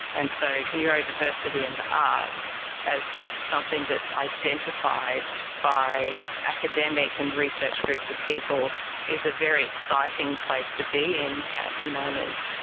and so neurodiversity in the arts as something that's identified by academic and research groups of people is a very exciting place to be in at the moment,